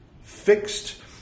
fixed